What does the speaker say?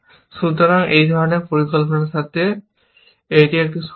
সুতরাং এই ধরণের পরিকল্পনার সাথে এটি একটি সমস্যা